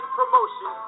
promotion